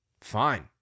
Fine